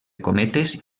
cometes